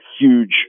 huge